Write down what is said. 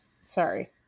sorry